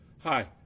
Hi